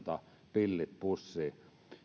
pillit pussiin